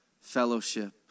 fellowship